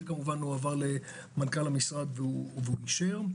כמובן זה הועבר למנכ"ל המשרד והוא אישר.